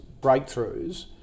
breakthroughs